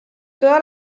toda